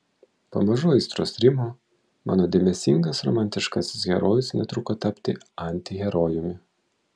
pamažu aistros rimo mano dėmesingas romantiškasis herojus netruko tapti antiherojumi